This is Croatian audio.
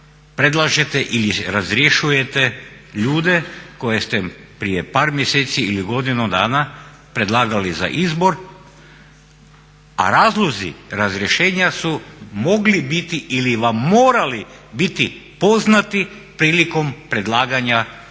predlažete ili razrješujete ljude koje ste prije par mjeseci ili godinu dana predlagali za izbor, a razlozi razrješenja su mogli biti ili vam morali biti poznati prilikom predlaganja